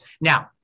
Now